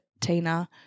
Tina